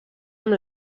amb